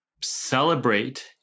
celebrate